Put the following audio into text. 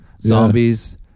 zombies